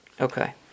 Okay